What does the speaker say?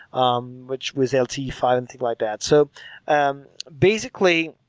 um which was l t five and things like that. so um basically,